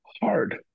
hard